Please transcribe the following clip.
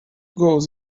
goals